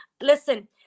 Listen